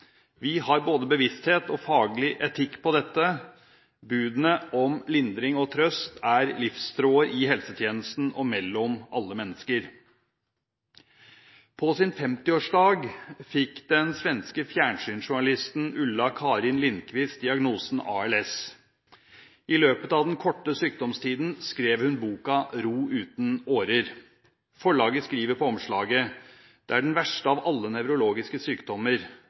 Vi har både bevissthet og faglig etikk på dette. Budene om lindring og trøst er livstråder i helsetjenestene og mellom alle mennesker. På sin 50-årsdag fikk den svenske fjernsynsjournalisten Ulla-Carin Lindquist diagnosen ALS. I løpet av den korte sykdomstiden skrev hun boka «Ro uten årer». Forlaget skriver på omslaget: «Det er den verste av alle nevrologiske sykdommer.